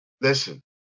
Listen